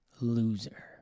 loser